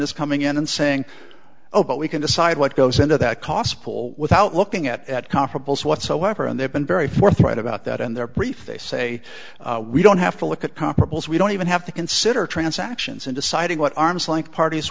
is coming in and saying oh but we can decide what goes into that cost pool without looking at comparables whatsoever and they've been very forthright about that in their brief they say we don't have to look at comparables we don't even have to consider transactions in deciding what arms like parties